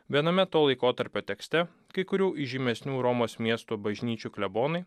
viename to laikotarpio tekste kai kurių įžymesnių romos miesto bažnyčių klebonai